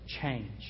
change